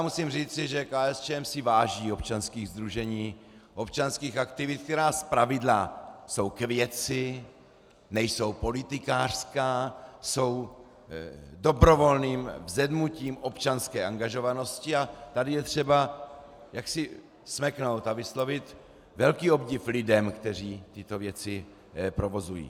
Musím říci, že KSČM si váží občanských sdružení, občanských aktivit, která zpravidla jsou k věci, nejsou politikářská, jsou dobrovolným vzedmutím občanské angažovanosti, a tady je třeba jaksi smeknout a vyslovit velký obdiv lidem, kteří tyto věci provozují.